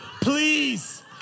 please